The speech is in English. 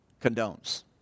condones